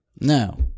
Now